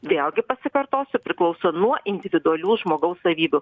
vėlgi pasikartosiu priklauso nuo individualių žmogaus savybių